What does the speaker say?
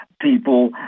people